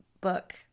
book